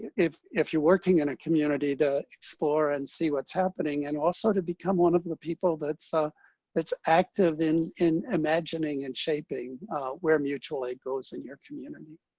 if if you're working in a community, to explore and see what's happening. and also to become one of the people that's ah that's active in in imagining and shaping where mutual aid grows in your community.